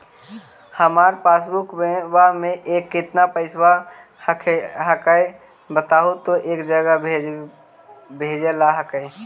हमार पासबुकवा में अभी कितना पैसावा हक्काई बताहु तो एक जगह भेजेला हक्कई?